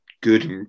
good